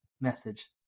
message